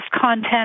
content